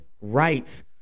rights